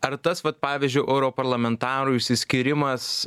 ar tas vat pavyzdžiui europarlamentarų išsiskyrimas